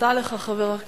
תודה לך, חבר הכנסת.